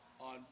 on